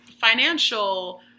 financial